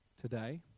Today